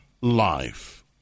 life